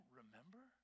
remember